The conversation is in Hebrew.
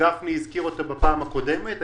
שגפני הזכיר אותו בפעם הקודמת.